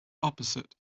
opposite